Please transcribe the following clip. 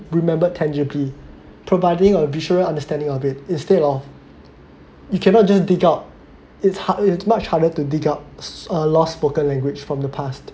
remembered tangibly providing a visual understanding of it instead of you cannot just dig out it's hardly it's much harder to dig up s~ uh lost spoken language from the past